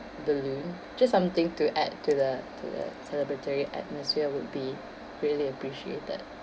balloon just something to add to the to the celebratory atmosphere would be really appreciated